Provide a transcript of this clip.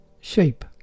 shape